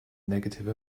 negative